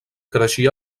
creixia